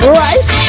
right